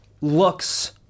looks